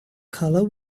color